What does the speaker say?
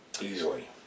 easily